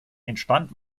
entstand